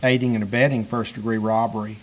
aiding and abetting first degree robbery